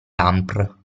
anpr